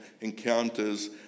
encounters